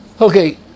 Okay